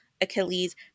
Achilles –